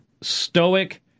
Stoic